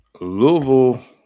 Louisville